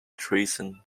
treason